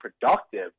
productive